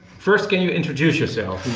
first, can you introduce yourself,